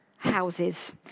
houses